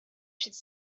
should